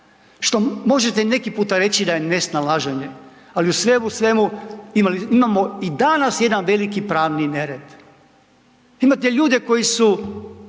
što možete neki puta reći da je nesnalaženje, ali sve u svemu imamo i danas jedan veliki pravni nered. Imate ljude koji su